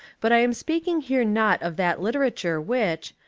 but i am speaking here not of that literature which,